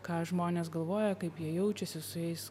ką žmonės galvoja kaip jie jaučiasi su jais